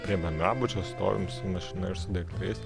prie bendrabučio stovim su mašina ir daiktais